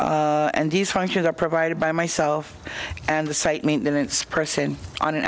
and these functions are provided by myself and the site maintenance person on an